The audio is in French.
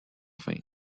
fin